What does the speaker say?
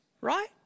right